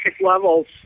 levels